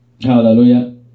hallelujah